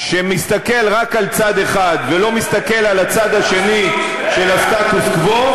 שמסתכל רק על צד אחד ולא מסתכל על הצד השני של הסטטוס-קוו,